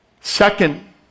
Second